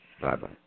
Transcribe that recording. Bye-bye